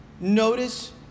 notice